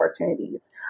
opportunities